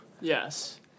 Yes